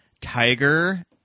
tiger